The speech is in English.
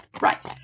right